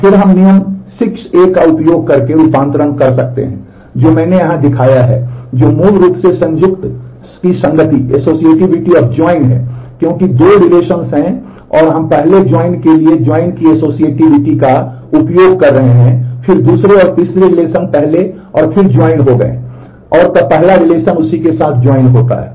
और फिर हम नियम 6a का उपयोग करके रूपांतरण कर सकते हैं जो मैंने यहां दिखाया है जो मूल रूप से संयुक्त की संगति पहले और फिर जुड़ गए हैं और तब पहला रिलेशन उसी के साथ जुड़ता है